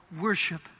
worship